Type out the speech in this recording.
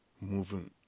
moving